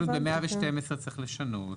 ב-112 צריך לשנות.